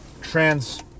trans